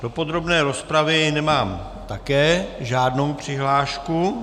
Do podrobné rozpravy nemám také žádnou přihlášku.